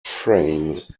frames